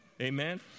Amen